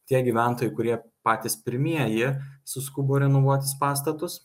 tie gyventojai kurie patys pirmieji suskubo renovuotis pastatus